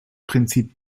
prinzip